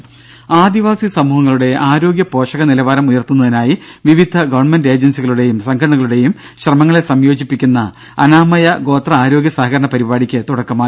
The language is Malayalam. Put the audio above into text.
ദ്ദേ ആദിവാസി സമൂഹങ്ങളുടെ ആരോഗ്യ പോഷക നിലവാരം ഉയർത്തുന്നതിനായി വിവിധ ഗവൺൺമെന്റ് ഏജൻസികളുടെയും സംഘടനകളുടെയും ശ്രമങ്ങളെ സംയോജിപ്പിക്കുന്ന അനാമയ ഗോത്ര ആരോഗ്യ സഹകരണ പരിപാടിയ്ക്ക് തുടക്കമായി